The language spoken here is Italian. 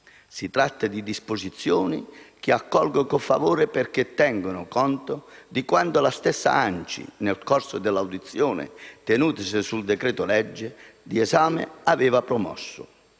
Si tratta di disposizioni che accolgo con favore perché tengono conto di quanto la stessa ANCI, nel corso della audizione tenutesi sul decreto-legge in esame, aveva promosso.